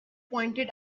pointed